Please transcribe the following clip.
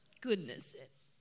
goodness